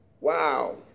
Wow